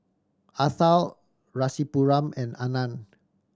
Atal Rasipuram and Anand